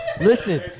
Listen